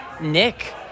Nick